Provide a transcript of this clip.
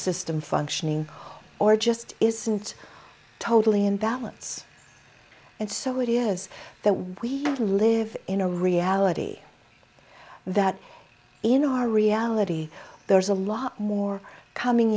system functioning or just isn't totally invalid's and so it is that we live in a reality that in our reality there's a lot more coming